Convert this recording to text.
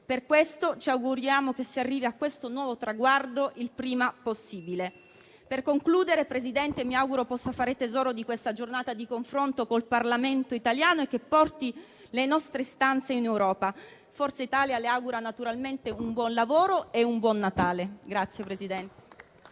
ragione ci auguriamo che si arrivi a questo nuovo traguardo il prima possibile. Per concludere, Presidente, mi auguro possa fare tesoro di questa giornata di confronto con il Parlamento italiano e che porti le nostre istanze in Europa. Forza Italia le augura naturalmente un buon lavoro e un buon Natale.